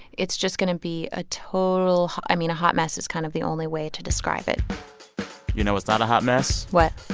it's just going to be a total i mean, a hot mess is kind of the only way to describe it you know what's not a hot mess? what?